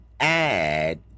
add